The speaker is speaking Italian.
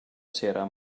cera